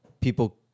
people